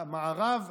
המערב,